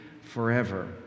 forever